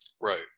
Right